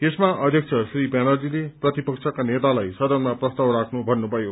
यसमा अध्यक्ष श्री ब्यानर्जीले प्रतिपक्षका नेतालाई सदनमा प्रस्ताव राख्नु भन्नुभयो